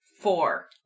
Four